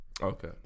Okay